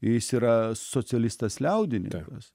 jis yra socialistas liaudininkas